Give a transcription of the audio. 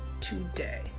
today